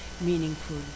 meaningful